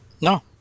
No